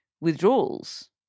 withdrawals